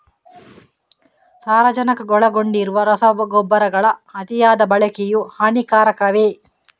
ಸಾರಜನಕ ಒಳಗೊಂಡಿರುವ ರಸಗೊಬ್ಬರಗಳ ಅತಿಯಾದ ಬಳಕೆಯು ಹಾನಿಕಾರಕವೇ?